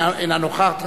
אינה נוכחת,